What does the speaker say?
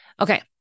Okay